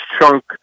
chunk